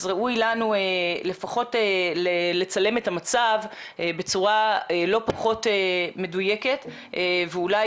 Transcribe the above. אז ראוי לנו לפחות לצלם את המצב בצורה לא פחות מדויקת ואולי